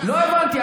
לא הבנתי.